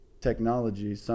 technology